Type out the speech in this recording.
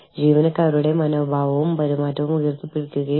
അത് നിങ്ങൾ പ്രവർത്തിക്കുന്ന രാജ്യത്തെ നിയമത്തെ ആശ്രയിച്ചിരിക്കുന്നു